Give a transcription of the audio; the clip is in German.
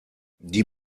die